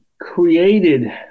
created